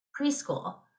preschool